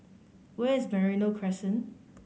where is Merino Crescent